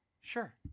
sure